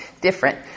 different